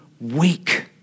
weak